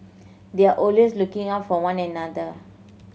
they are looking out for one another